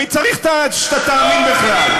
מי צריך שאתה תאמין בכלל?